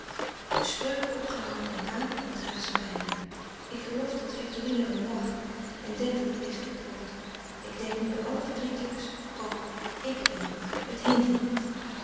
ik heb spreuken opgehangen op mijn kamer en draag ze bij me ik geloof dat victorine er om lacht en denkt dat ik weer gek word ik denk nu bij alle verdrietelijks o ik ben t maar t hindert niet